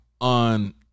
on